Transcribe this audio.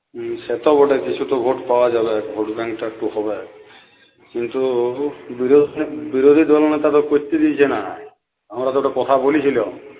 হুম সে তো বটেই কিছু তো ভোট পাওয়া যাবে ভোট ব্যাঙ্কটা একটু হবে কিন্তু বিরোধী বিরোধী দলনেতা তো করতে দিচ্ছে না আমরা তো ওটা কথা বলেছিলাম